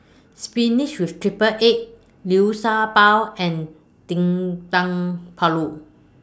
Spinach with Triple Egg Liu Sha Bao and Dendeng Paru